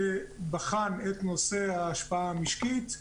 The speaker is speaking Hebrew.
שבחן את נושא ההשפעה המשקית,